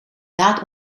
laat